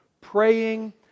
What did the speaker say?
praying